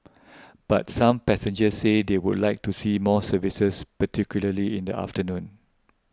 but some passengers said they would like to see more services particularly in the afternoon